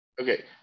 Okay